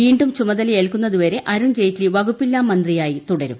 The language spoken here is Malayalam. വീണ്ടും ചുമതലയേൽക്കുന്നതുവരെ അരുൺ ജെയ്റ്റ്ലി വകുപ്പില്ലാ മന്ത്രിയായി തുടരും